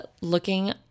looking